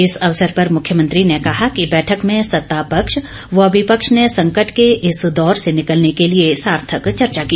इस अवसर पर मुख्यमंत्री ने कहा कि बैठक में सत्ता पक्ष व विपक्ष ने संकेट के इस दौर से निकलने के लिए ॅसार्थक चर्चा की